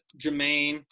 Jermaine